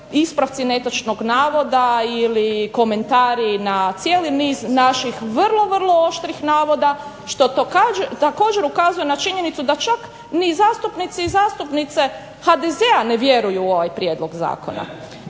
ispravci netočnog navoda ili komentari na cijeli niz naših vrlo, vrlo oštrih navoda, što također ukazuje na činjenicu da čak ni zastupnici i zastupnice HDZ-a ne vjeruju u ovaj prijedlog zakona.